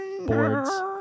boards